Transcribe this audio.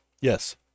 yes